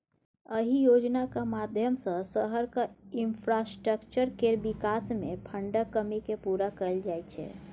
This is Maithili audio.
अहि योजनाक माध्यमसँ शहरक इंफ्रास्ट्रक्चर केर बिकास मे फंडक कमी केँ पुरा कएल जाइ छै